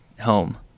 home